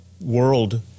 world